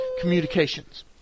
communications